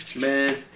man